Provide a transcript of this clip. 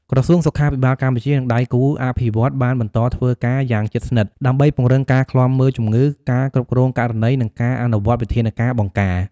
ក្រសួងសុខាភិបាលកម្ពុជា និងដៃគូអភិវឌ្ឍន៍បានបន្តធ្វើការយ៉ាងជិតស្និទ្ធ ដើម្បីពង្រឹងការឃ្លាំមើលជំងឺ ការគ្រប់គ្រងករណី និងការអនុវត្តវិធានការបង្ការ។